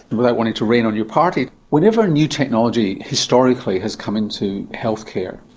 and without wanting to rain on your party, whenever new technology historically has come into healthcare,